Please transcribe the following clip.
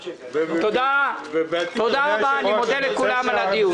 תודה רבה, אני מודה לכולם על הדיון.